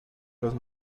los